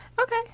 Okay